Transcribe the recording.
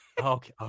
Okay